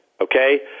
okay